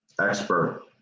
Expert